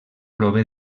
prové